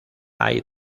hay